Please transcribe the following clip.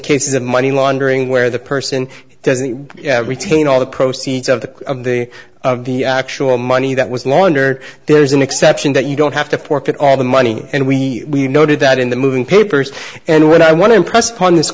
cases of money laundering where the person doesn't retain all the proceeds of the day of the actual money that was laundered there's an exception that you don't have to forfeit all the money and we noted that in the moving papers and what i want to impress upon this